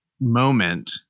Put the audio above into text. moment